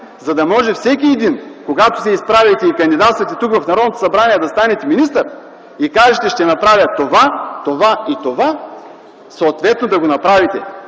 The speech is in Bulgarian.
за да може всеки един, когато се изправя и кандидатства в Народното събрание да стане министър и кажете – ще направя това, това и това, съответно да го направите,